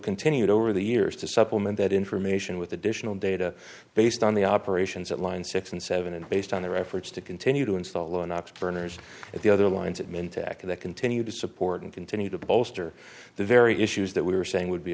continued over the years to supplement that information with additional data based on the operations at line six and seven and based on their efforts to continue to install an ox burners at the other lines of many tech that continue to support and continue to bolster the very issue that we are saying would be